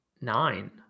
nine